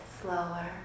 slower